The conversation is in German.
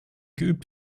geübt